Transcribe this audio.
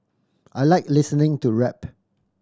I like listening to rap